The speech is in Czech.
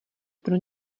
pro